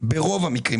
ברוב המקרים,